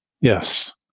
Yes